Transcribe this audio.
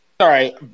sorry